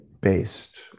based